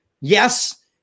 yes